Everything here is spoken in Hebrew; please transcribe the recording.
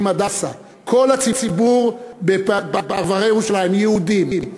"הדסה"; כל הציבור בפרברי ירושלים: יהודים,